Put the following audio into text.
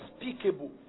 unspeakable